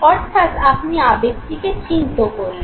অর্থাৎ আপনি আবেগটিকে চিহ্নিত করলেন